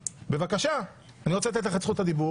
אני רוצה לתת לך את זכות הדיבור.